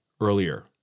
earlier